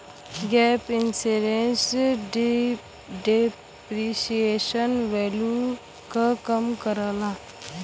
gap insurance depreciation value क कम करला